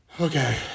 Okay